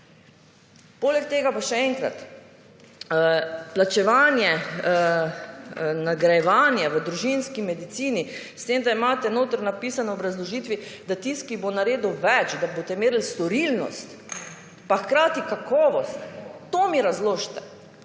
Poleg tega pa še enkrat, plačevanje, nagrajevanje v družinski medicini, s tem, da imate notri napisano v obrazložitvi, da tisti, ki bo naredil več, da boste merili storilnost, pa hkrati kakovost, to mi razložite.